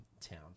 Town